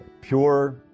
Pure